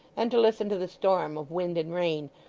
and to listen to the storm of wind and rain,